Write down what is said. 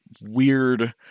weird